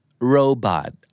robot